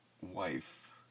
wife